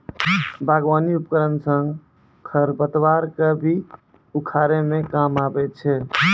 बागबानी उपकरन सँ खरपतवार क भी उखारै म काम आबै छै